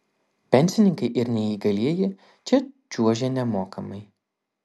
pensininkai ir neįgalieji čia čiuožia nemokamai